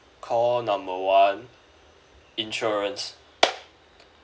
call number one insurance